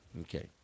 Okay